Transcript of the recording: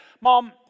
Mom